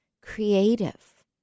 creative